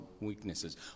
weaknesses